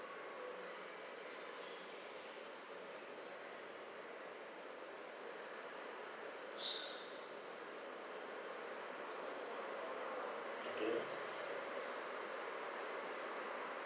K